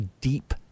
deep